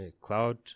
cloud